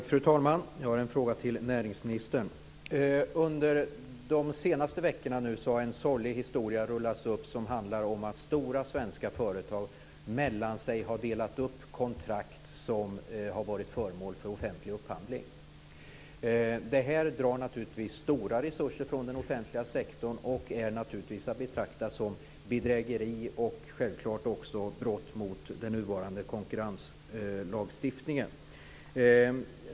Fru talman! Jag har en fråga till näringsministern. Under de senaste veckorna har en sorglig historia rullats upp. Den handlar om att stora svenska företag mellan sig har delat upp kontrakt som har varit föremål för offentlig upphandling. Detta tar naturligtvis stora resurser från den offentliga sektorn och är att betrakta som bedrägeri och också som brott mot den nuvarande konkurrenslagstiftningen.